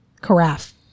Carafe